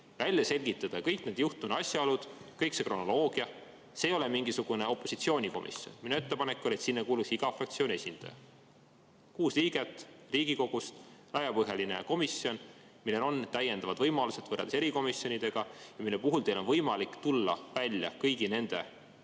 välja selgitada kõik juhtunu asjaolud, kogu kronoloogia. See ei oleks mingisugune opositsiooni komisjon. Minu ettepanek oli, et sinna kuuluks iga fraktsiooni esindaja, kuus liiget Riigikogust. Laiapõhjaline komisjon, millel on täiendavad võimalused võrreldes erikomisjonidega ja mille puhul teil oleks võimalik tulla välja kõigi vastuste,